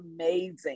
amazing